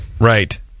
Right